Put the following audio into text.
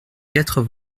quatre